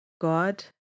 God